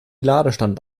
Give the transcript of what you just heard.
ladestand